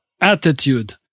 attitude